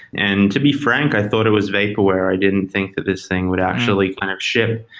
and to be frank, i thought it was vaporware. i didn't think that this thing would actually kind of ship.